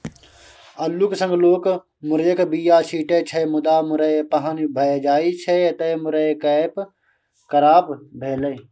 अल्लुक संग लोक मुरयक बीया छीटै छै मुदा मुरय पहिने भए जाइ छै एतय मुरय कैच क्रॉप भेलै